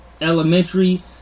elementary